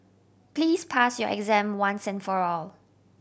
please pass your exam once and for all